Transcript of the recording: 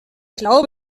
glaube